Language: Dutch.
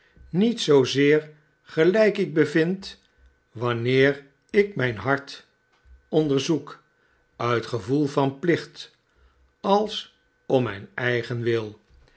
niet zoozeer gelijk ik bevind wanneer ik mijn hart onderzoek uit gevoel van plicht als om mijn eigen wil